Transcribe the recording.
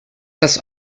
das